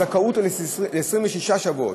הזכאות היא ל-26 שבועות,